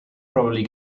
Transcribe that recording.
properly